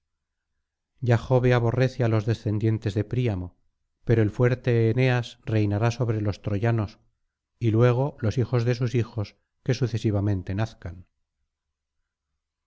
ya jove aborrece á los descendientes de príamo pero el fuerte eneas reinará sobre los troyanos y luego los hijos de sus hijos que sucesivamente nazcan